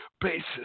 basis